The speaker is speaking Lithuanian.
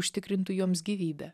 užtikrintų joms gyvybę